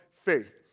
faith